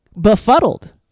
befuddled